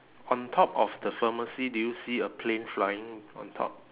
on top of the pharmacy do you see a plane flying on top